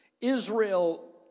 Israel